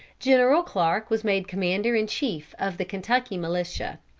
general clarke was made commander-in-chief of the kentucky militia.